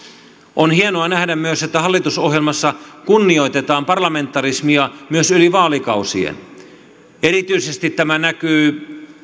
on hienoa nähdä myös että hallitusohjelmassa kunnioitetaan parlamentarismia myös yli vaalikausien erityisesti tämä näkyy